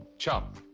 chum.